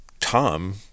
Tom